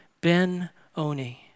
Ben-Oni